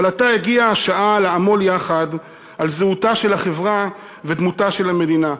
אבל עתה הגיעה השעה לעמול יחד על זהותה של החברה ודמותה של המדינה.